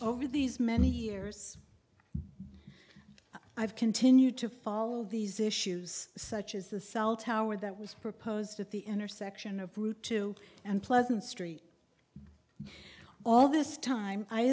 over these many years i've continued to follow all these issues such as the cell tower that was proposed at the intersection of route two and pleasant street all this time i